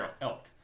elk